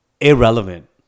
Irrelevant